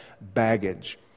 baggage